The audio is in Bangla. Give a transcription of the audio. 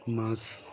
মাছ